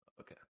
Okay